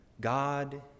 God